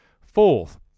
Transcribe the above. Fourth